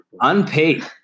Unpaid